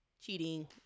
cheating